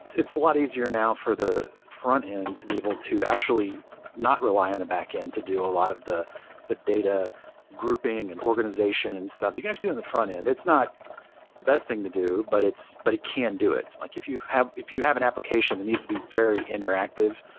it's a lot easier now for the front-end to be able to actually not rely on the back-end to do a lot of the the data grouping and organization and stuff. you can actually on the front-end. it's not the best thing to do, but but it can do it. like if you have if you have an application that needs to be very interactive,